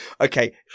Okay